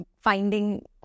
finding